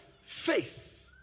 faith